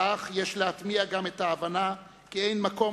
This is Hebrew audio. כך יש להטמיע גם את ההבנה כי אין מקום